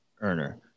earner